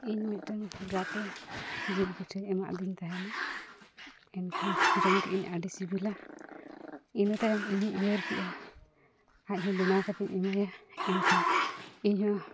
ᱤᱧ ᱢᱤᱫᱴᱟᱹᱝ ᱜᱟᱛᱮ ᱡᱤᱞ ᱯᱤᱴᱷᱟᱹᱭ ᱮᱢᱟᱫᱤᱧ ᱛᱟᱦᱮᱱᱟ ᱮᱱᱠᱷᱟᱱ ᱡᱚᱢ ᱠᱮᱫᱟᱹᱧ ᱟᱹᱰᱤ ᱥᱤᱵᱤᱞᱟ ᱤᱱᱟᱹ ᱛᱟᱭᱚᱢ ᱤᱧᱦᱩᱧ ᱩᱭᱦᱟᱹᱨ ᱠᱮᱫᱟ ᱟᱡᱽᱦᱚᱸ ᱵᱮᱱᱟᱣ ᱠᱟᱛᱮᱧ ᱮᱢᱟᱭᱟ ᱮᱱᱠᱷᱟᱱ ᱤᱧᱦᱚᱸ